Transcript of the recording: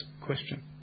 question